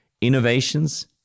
Innovations